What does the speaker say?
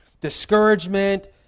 discouragement